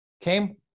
came